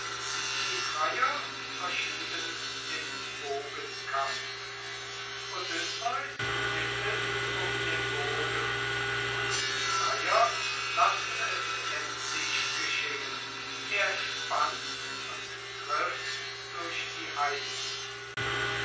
die freier verschieben den bogenkampf odysseus bittet um den bogen und die freier lassen es endlich geschehn er spannt und trifft durch die eisen